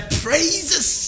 praises